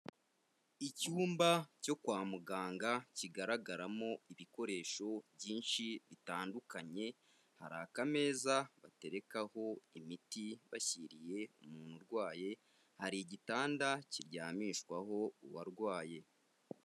Icyumba cyo kwa muganga kigaragaramo ibikoresho byinshi bitandukanye hari akameza baterekaho imiti bashyiriye umuntu urwaye hari igitanda kiryamishwaho uwarwaye.